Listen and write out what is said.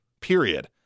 period